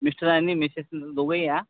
मिष्टर आणि मिसेस दोघेही या